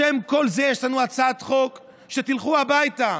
בשם כל זה יש לנו הצעת חוק שתלכו הביתה,